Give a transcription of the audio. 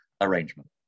arrangement